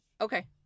Okay